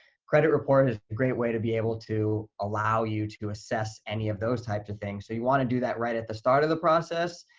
credit report is a great way to be able to allow you to assess any of those types of things. so you want to do that right at the start of the process,